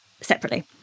separately